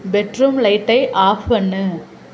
bedroom லைட்டை off பண்ணு